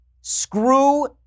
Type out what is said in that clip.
Screw